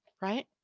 Right